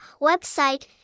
Website